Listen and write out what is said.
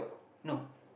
no